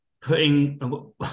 putting